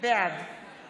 לביטחון הפנים בנוגע